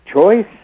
Choice